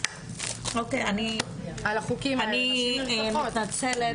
אני מתנצלת,